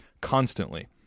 constantly